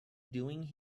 doing